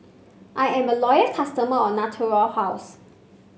I am a loyal customer of Natura House